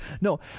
No